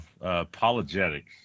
Apologetics